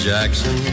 Jackson